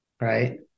Right